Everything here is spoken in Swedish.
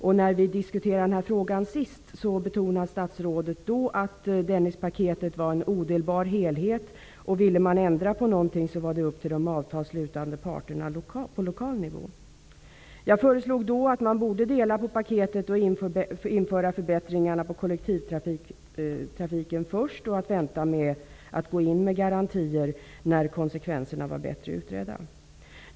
När vi senast diskuterade denna fråga betonade statsrådet att Dennispaketet var en odelbar helhet. Ville man ändra på någonting var det upp till de avtalsslutande parterna på lokal nivå att göra det. Jag föreslog då att att man skulle dela upp paketet, införa förbättringarna på kollektivtrafiken först och vänta med att gå in med garantier tills konsekvenserna var bättre utredda.